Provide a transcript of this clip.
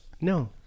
No